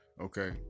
Okay